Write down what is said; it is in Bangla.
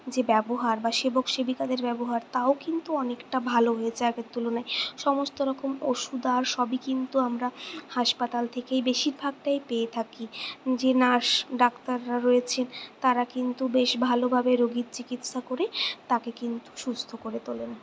যে ব্যবহার বা সেবক সেবিকাদের ব্যবহার তাও কিন্তু অনেকটা ভালো হয়েছে আগের তুলনায় সমস্ত রকম ওষুধ আর সবই কিন্তু আমরা হাসপাতাল থেকেই বেশিরভাগটাই পেয়ে থাকি যে নার্স ডাক্তাররা রয়েছে তারা কিন্তু বেশ ভালোভাবেই রোগীর চিকিৎসা করে তাকে কিন্তু সুস্থ করে তোলেন